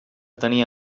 tenia